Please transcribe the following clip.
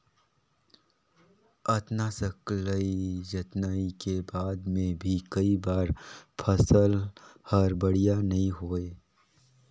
अतना सकलई जतनई के बाद मे भी कई बार फसल हर बड़िया नइ होए